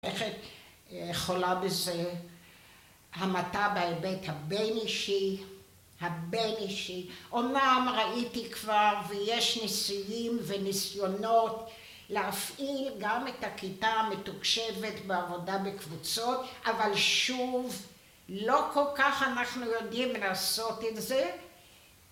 ‫חולה בזה, ‫המתה בהיבט הבין-אישי, הבין-אישי. ‫אומנם ראיתי כבר, ויש ניסויים וניסיונות ‫להפעיל גם את הכיתה המתוקשבת ‫בעבודה בקבוצות, אבל שוב, ‫לא כל כך אנחנו יודעים לעשות את זה.